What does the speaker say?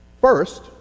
First